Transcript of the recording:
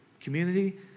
community